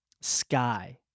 Sky